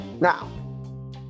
Now